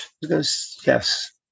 Yes